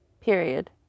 Period